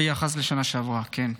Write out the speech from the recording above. ביחס לשנה שעברה, כן.